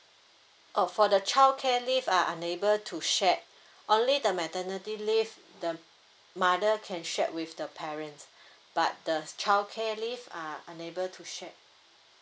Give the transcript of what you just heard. uh for the childcare leave are unable to share only the maternity leave the mother can share with the parent but the childcare leave are unable to share